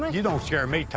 you don't scare me, tony.